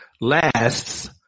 lasts